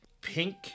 pink